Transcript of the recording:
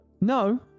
no